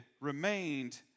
remained